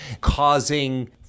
causing